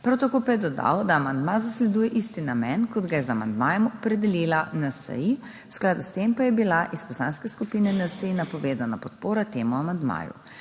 Prav tako pa je dodal, da amandma zasleduje isti namen, kot ga je z amandmajem opredelila NSi, v skladu s tem pa je bila iz Poslanske skupine NSi napovedana podpora temu amandmaju.